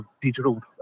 digital